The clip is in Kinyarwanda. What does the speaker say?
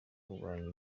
kurwanya